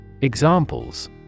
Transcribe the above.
Examples